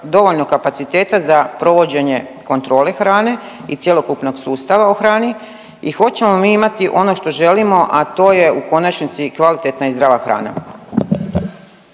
dovoljno kapaciteta za provođenje kontrole hrane i cjelokupnog sustava o hrani i hoćemo li mi imati ono što želimo, a to je u konačnici i kvalitetna i zdrava hrana?